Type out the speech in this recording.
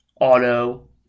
auto